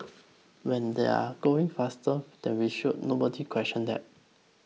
when they are going faster than we should nobody questioned that